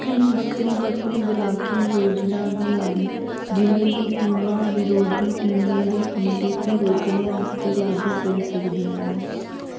केईं बक्खरियां बक्खरियां ब्लाकिंग योजनां बी हैन जि'नेंगी टीमां बरोधी टीमां दे हमले गी रोकने आस्तै लागू करी सकदियां न